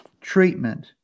treatment